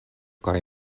kaj